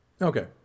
Okay